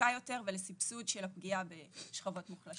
ירוקה יותר, ולסבסוד של הפגיעה בשכבות מוחלשות.